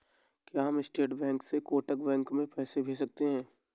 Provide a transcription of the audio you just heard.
क्या मैं state bank से कोटक बैंक में पैसे भेज सकता हूँ?